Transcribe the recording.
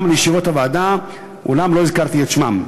לישיבות הוועדה אולם לא הזכרתי את שמם,